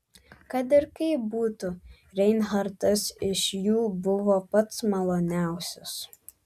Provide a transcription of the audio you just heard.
kad ir kaip būtų reinhartas iš jų buvo pats maloniausias